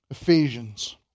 Ephesians